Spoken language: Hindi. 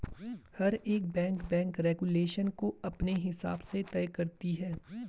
हर एक बैंक बैंक रेगुलेशन को अपने हिसाब से तय करती है